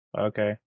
Okay